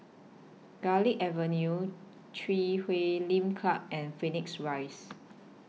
Garlick Avenue Chui Huay Lim Club and Phoenix Rise